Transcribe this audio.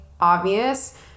obvious